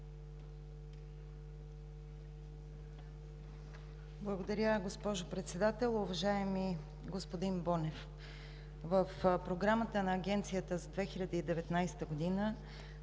Благодаря, госпожо Председател. Уважаеми господин Бонев, в програмата на Агенцията за 2019 г.